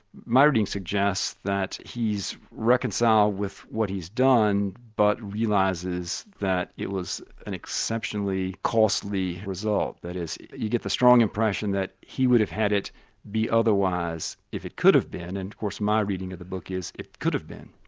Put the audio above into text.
my reading suggests that he's reconciled with what he's done but realises that it was an exceptionally costly result. that is you get the strong impression that he would have had it be otherwise if it could have been, and of course my reading of the book is it could have been.